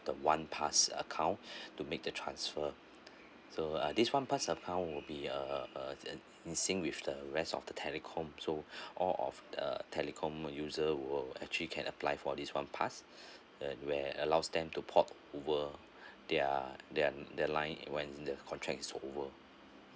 the one pass account to make the transfer so uh this one pass account would be uh uh in sync with the rest of the telecom so all of uh telecom user world actually can apply for this one pass that where allows them to port over their their their line when the contracts is over